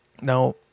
Now